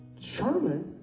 Sherman